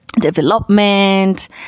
development